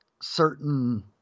certain